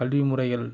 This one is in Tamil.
கல்விமுறைகள்